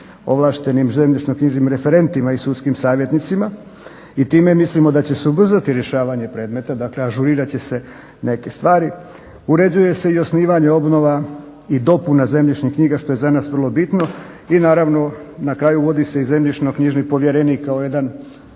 ovlaštenim zemljišno-knjižnim referentima i sudskim savjetnicima i time mislimo da će se ubrzati rješavanje predmeta. Dakle, ažurirat će se neke stvari. Uređuje se i osnivanje obnova i dopuna zemljišnih knjiga što je za nas vrlo bitno i naravno na kraju uvodi se i zemljišno-knjižni povjerenik kao jedan